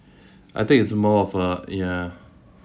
I think it's more of a ya